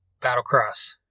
Battlecross